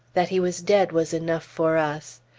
that he was dead was enough for us.